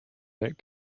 that